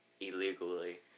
illegally